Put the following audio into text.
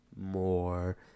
more